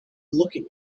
looking